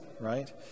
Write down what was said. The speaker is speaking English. right